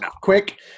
quick